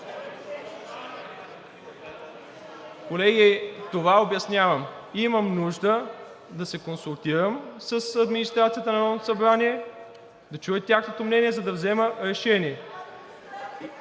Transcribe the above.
Колеги, това обяснявам, имам нужда да се консултирам с администрацията на Народното събрание, да чуя тяхното мнение, за да взема решение.